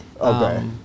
Okay